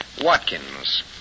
Watkins